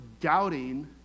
doubting